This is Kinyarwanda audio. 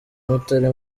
mutari